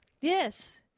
Yes